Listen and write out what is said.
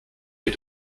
les